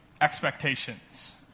expectations